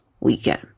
weekend